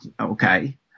okay